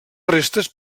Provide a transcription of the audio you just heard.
restes